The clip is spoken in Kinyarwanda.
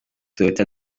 toyota